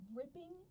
ripping